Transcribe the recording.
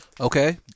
okay